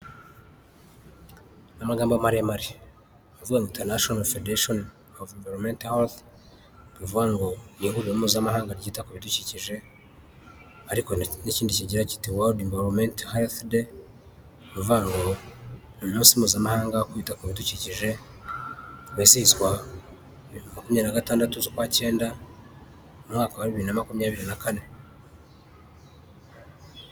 Amagambo maremare avuga ngo, “International Federation of Environmental Health”,nukuvuga ngo n’ihuriro mpuzamahanga ryita ku bidukije ,ariko n'ikindi kigira kiti, “World Environmental Health Day”,nukuvuga ngo n’umunsi mpuzamahanga wo kwita ku bidukikije wizihizwa makumyabiri n’esheshatu z’ukwa cyenda mu mwaka wa bibiri na makumyabiri nakane.